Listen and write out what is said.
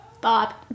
Bob